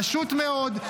פשוט מאוד,